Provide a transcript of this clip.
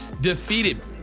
defeated